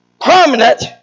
permanent